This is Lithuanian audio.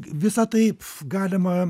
visa taip galima